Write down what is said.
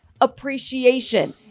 appreciation